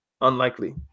Unlikely